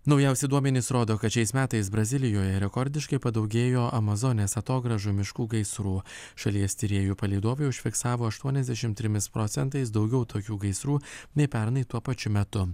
naujausi duomenys rodo kad šiais metais brazilijoje rekordiškai padaugėjo amazonės atogrąžų miškų gaisrų šalies tyrėjų palydovai užfiksavo aštuoniasdešim trimis procentais daugiau tokių gaisrų nei pernai tuo pačiu metu